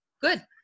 good